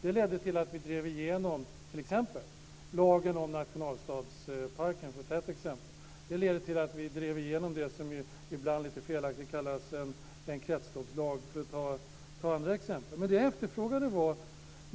Det ledde till att vi drev igenom t.ex. lagen om nationalstadsparken. Det är bara ett exempel. Det ledde också till att vi drev igenom det som ibland lite felaktigt kallas en kretsloppslag. Det är ett annat exempel. Men det jag efterfrågade var något annat.